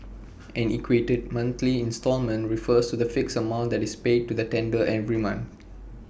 an equated monthly instalment refers to the fixed amount that is paid to the lender every month